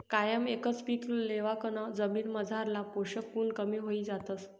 कायम एकच पीक लेवाकन जमीनमझारला पोषक गुण कमी व्हयी जातस